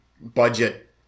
budget